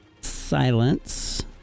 silence